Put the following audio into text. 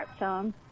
smartphone